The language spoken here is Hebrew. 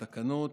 לתקנות.